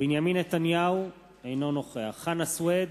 בנימין נתניהו, אינו נוכח חנא סוייד,